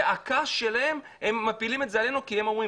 ואת הכעס שלהם הם מפילים עלינו כי הם אומרים